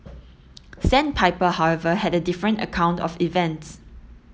sandpiper however had a different account of events